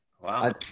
Wow